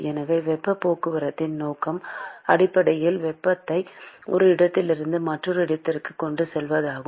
எனவே வெப்பப் போக்குவரத்தின் நோக்கம் அடிப்படையில் வெப்பத்தை ஒரு இடத்திலிருந்து மற்றொரு இடத்திற்கு கொண்டு செல்வதாகும்